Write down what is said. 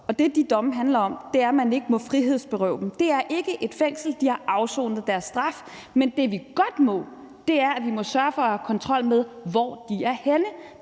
og det, de domme handler om, er, at man ikke må frihedsberøve dem. Det er ikke et fængsel; de har afsonet deres straf. Men det, vi godt må, er at sørge for at have kontrol med, hvor de er henne.